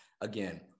Again